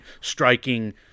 striking